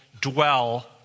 dwell